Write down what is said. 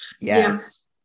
Yes